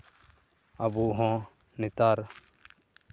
ᱟᱵᱚᱦᱚᱸ ᱱᱮᱛᱟᱨ